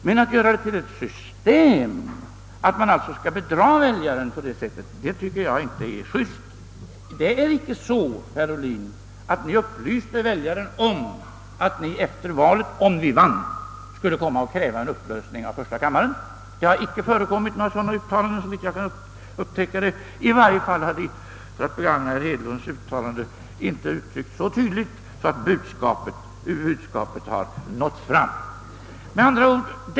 Men att systematiskt bedra väljarna på det sätt om herr Ohlin föreslår, tycker jag inte är juste. Det är icke så, herr Ohlin, att ni upplyste väljarna om att ni efter valet, om ni vann, skulle komma att kräva en upplösning av första kammaren. Några sådana uttalanden har såvitt jag har kunnat finna inte gjorts, i varje fall har — för att begagna herr Hedlunds uttryck — budskapet i så fall inte nått fram.